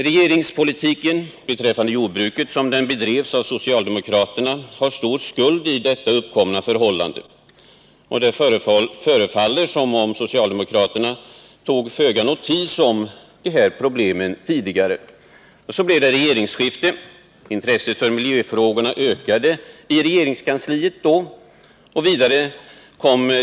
Regeringens jordbrukspolitik, som den bedrevs av socialdemokraterna, har stor skuld i det uppkomna läget. Det förefaller alltså som om socialdemokraterna tidigare tog föga notis om de här problemen. Så blev det regeringsskifte, och intresset för miljöfrågorna ökade då i regeringskansliet.